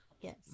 Yes